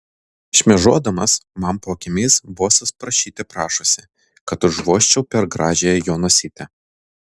šmėžuodamas man po akimis bosas prašyte prašosi kad užvožčiau per gražiąją jo nosytę